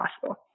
possible